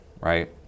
right